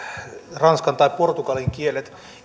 ranskan tai portugalin kielen